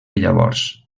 llavors